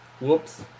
Whoops